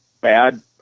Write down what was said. bad